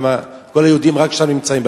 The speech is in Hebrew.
כל היהודים רק שם נמצאים,